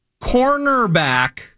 cornerback